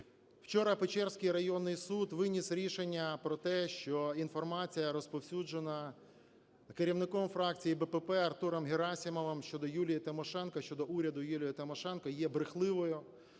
Вчора Печерський районний суд виніс рішення про те, що інформація, розповсюджена керівником фракції БПП Артуром Герасимовим щодо Юлії Тимошенко, щодо уряду Юлії Тимошенко, є брехливою.